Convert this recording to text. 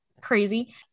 crazy